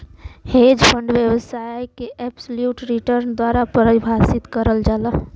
hedge fund व्यवसाय के absolute return द्वारा परिभाषित करल जाला